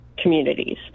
Communities